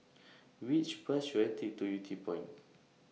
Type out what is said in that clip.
Which Bus should I Take to Yew Tee Point